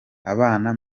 abana